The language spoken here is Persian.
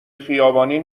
خیابانی